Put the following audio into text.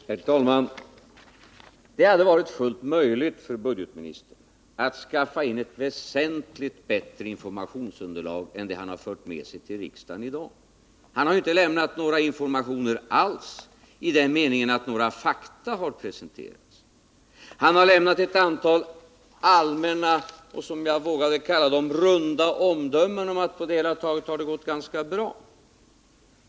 Herr talman! Det hade varit fullt möjligt för budgetministern att skaffa in ett väsentligt bättre informationsunderlag än det han fört med sig till riksdagen i dag. Han har inte lämnat några informationer alls i den meningen att några fakta har presenterats. Han har lämnat ett antal allmänna och - som jag vågade kalla dem — runda omdömen om att det på det hela taget gått ganska bra.